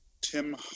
Tim